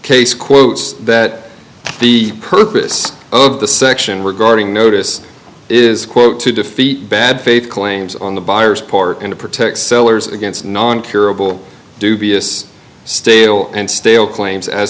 case quotes that the purpose of the section regarding notice is quote to defeat bad faith claims on the buyers part and to protect sellers against non curable dubious stale and stale claims as